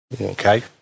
Okay